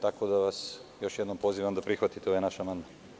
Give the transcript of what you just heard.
Tako da, još jednom vas pozivam da prihvatite ovaj naš amandman.